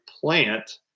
plant